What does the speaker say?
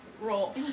roll